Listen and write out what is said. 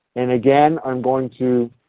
and again, i am going to